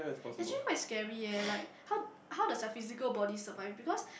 actually quite scary eh like how how the sub physical body survive because